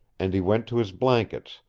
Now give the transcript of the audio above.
and he went to his blankets,